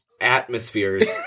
atmospheres